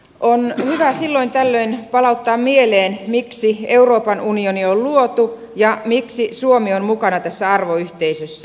on hyvä silloin tällöin palauttaa mieleen miksi euroopan unioni on luotu ja miksi suomi on mukana tässä arvoyhteisössä